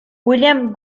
william